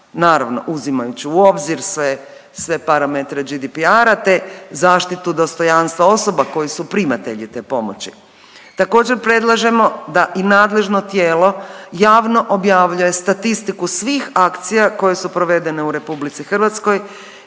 Naravno, uzimajući u obzir sve parametre GDPR-a te zaštitu dostojanstva osoba koji su primatelji te pomoći. Također predlažemo da i nadležno tijelo javno objavljuje statistiku svih akcija koje su provedene u RH i zbog